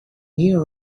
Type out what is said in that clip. here